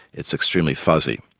it's extremely fuzzy.